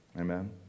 Amen